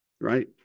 right